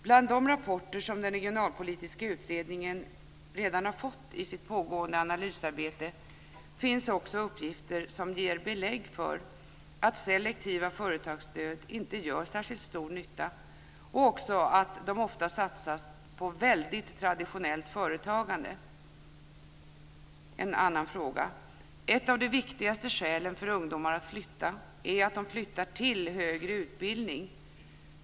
Bland de rapporter som den regionalpolitiska utredningen redan har fått i sitt pågående analysarbete finns också uppgifter som ger belägg för att selektiva företagsstöd inte gör särskilt stor nytta och att de också ofta satsas på väldigt traditionellt företagande. Så till en annan fråga. Ett av de viktigaste skälen för ungdomar att flytta är att de flyttar till högre utbildning.